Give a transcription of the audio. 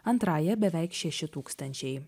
antrąja beveik šeši tūkstančiai